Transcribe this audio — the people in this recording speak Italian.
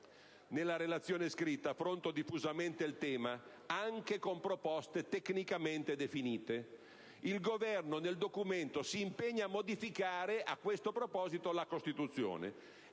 Nella relazione scritta affronto diffusamente il tema, anche con proposte tecnicamente definite. Il Governo, nel Documento, si impegna a modificare a questo proposito la Costituzione,